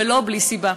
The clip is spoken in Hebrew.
ולא בלי סיבה.